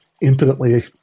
impotently